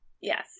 yes